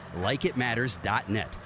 LikeItMatters.net